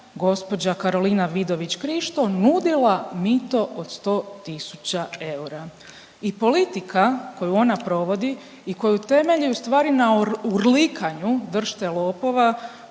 gospođa Karolina Vidović Krišto nudila mito od 100 tisuća eura i politika koju ona provodi i koju temelji u stvari na urlikanju držite lopova,